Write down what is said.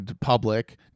public